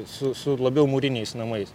su su labiau mūriniais namais